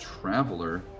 Traveler